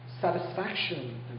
satisfaction